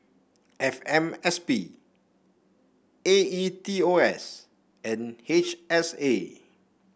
F M S P A E T O S and H S A